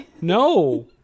no